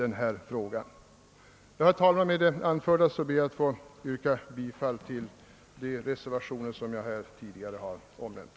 Herr talman! Med det anförda ber jag att få yrka bifall till de reservationer jag tidigare har omnämnt.